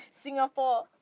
Singapore